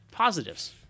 positives